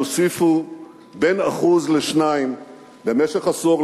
יוסיפו כל שנה לתוצר הלאומי שלנו בין 1% ל-2% במשך עשור,